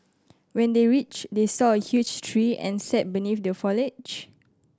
when they reached they saw a huge tree and sat beneath the foliage